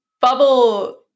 Bubble